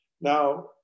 Now